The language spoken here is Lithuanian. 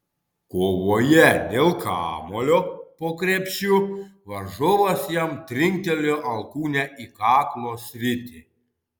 kovoje dėl kamuolio po krepšiu varžovas jam trinktelėjo alkūne į kaklo sritį